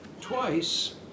twice